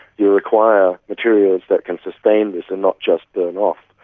you require materials that can sustain this and not just burn off.